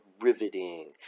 riveting